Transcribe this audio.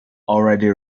already